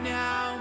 now